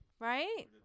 Right